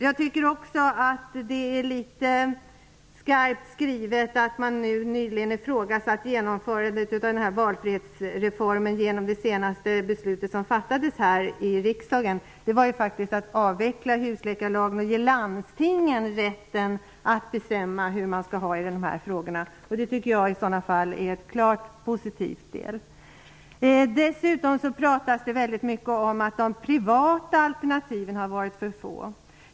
Jag tycker att det är litet skarpt att säga att man nyligen har ifrågasatt genomförandet av valfrihetsreformen genom det beslut som fattades här i riksdagen. Det beslutet gällde faktiskt att man skall avveckla husläkarlagen och ge landstingen rätten att bestämma i dessa frågor. Det tycker jag är positivt. Dessutom talas det mycket om att de privata alternativen har varit för få.